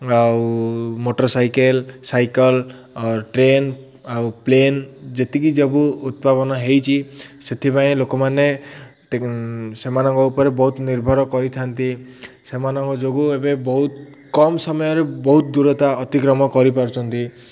ଆଉ motorcycle cycle ଆର୍ train ଆଉ ପ୍ଲେନ୍ ଯେତିକି ଯବୁ ଉଦ୍ଭାବନ ହେଇଛି ସେଥିପାଇଁ ଲୋକମାନେ ସେମାନଙ୍କ ଉପରେ ବହୁତ ନିର୍ଭର କରିଥାନ୍ତି ସେମାନଙ୍କ ଯୋଗୁଁ ଏବେ ବହୁତ କମ୍ ସମୟରେ ବହୁତ ଦୂରତା ଅତିକ୍ରମ କରିପାରୁଛନ୍ତି